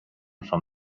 from